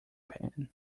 pan